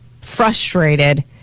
frustrated